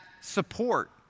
support